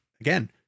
again